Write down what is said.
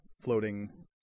floating